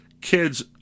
kids